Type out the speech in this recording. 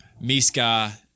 Miska